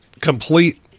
complete